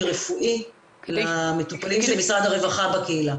רפואי למטופלים של משרד הרווחה בקהילה.